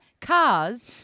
cars